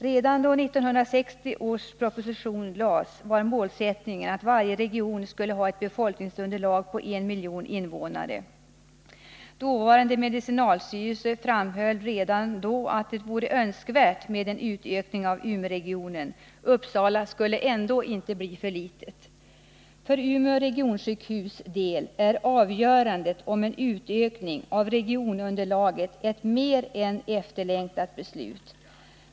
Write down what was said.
Redan då 1960 års proposition framlades var målsättningen att varje region skulle ha ett befolkningsunderlag på en miljon invånare. Dåvarande medicinalstyrelsen framhöll redan då att det vore önskvärt med en utökning av Umeåregionen — Uppsalaregionen skulle ändå inte bli för liten. För Umeå regionsjukhus del är avgörandet om att regionunderlaget skall utökas ett mer än efterlängtat beslut.